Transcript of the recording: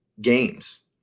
games